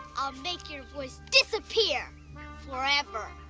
i'll make your voice disappear forever.